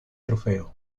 trofeo